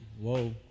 Whoa